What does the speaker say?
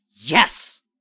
Yes